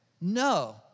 No